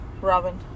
Robin